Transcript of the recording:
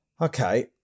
Okay